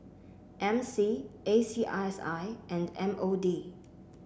M C A C I S I and M O D